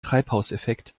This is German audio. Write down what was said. treibhauseffekt